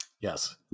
yes